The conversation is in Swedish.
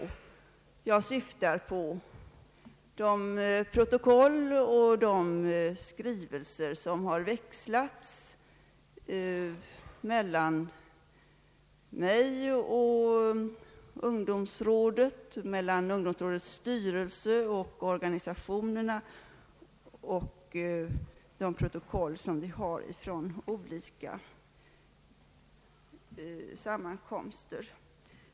Jag syftar på de skrivelser som växlats mellan mig och ungdomsrådet, mellan ungdomsrådets styrelse och organisationerna samt de protokoll som vi har från olika sammankomster.